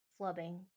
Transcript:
flubbing